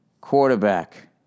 quarterback